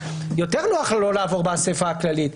יותר נוח לא לעבור באספה הכללית,